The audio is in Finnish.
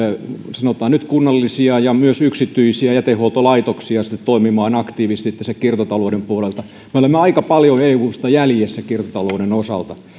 sanotaan nyt kunnallisia ja myös yksityisiä jätehuoltolaitoksia sitten toimimaan aktiivisesti tässä kiertotalouden puolella me olemme aika paljon eusta jäljessä kiertotalouden osalta